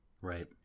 Right